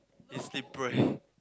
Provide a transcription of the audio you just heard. is slippery